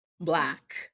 Black